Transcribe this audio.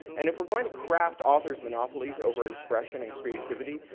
and if we're going to craft authors' monopolies over expression and creativity,